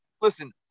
Listen